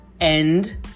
end